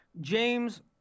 James